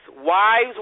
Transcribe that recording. Wives